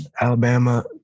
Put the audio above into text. Alabama